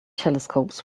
telescopes